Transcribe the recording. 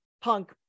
punk